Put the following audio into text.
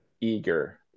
eager